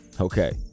Okay